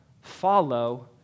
follow